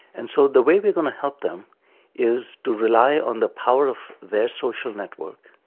and so the way we are going to help them is to rely on the power of their social network,